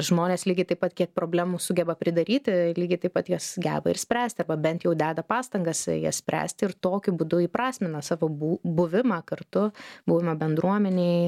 žmonės lygiai taip pat kiek problemų sugeba pridaryti lygiai taip pat jas geba ir spręsti arba bent jau deda pastangas jas spręsti ir tokiu būdu įprasmina savo bū buvimą kartu buvimą bendruomenėj